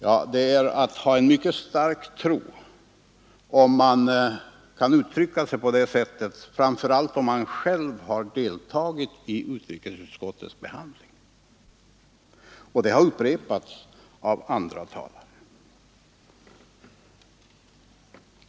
Ja, det är att ha en mycket stark tro, om man kan uttrycka sig på det sättet, framför allt om man själv har deltagit i utrikesutskottets behandling. Och detta har upprepats av andra talare.